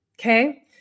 Okay